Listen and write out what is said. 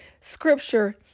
scripture